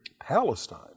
Palestine